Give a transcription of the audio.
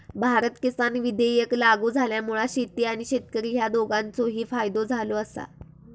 भारत किसान विधेयक लागू झाल्यामुळा शेती आणि शेतकरी ह्या दोघांचोही फायदो झालो आसा